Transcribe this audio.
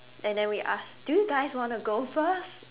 and then we ask do you guys want to go first